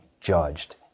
judged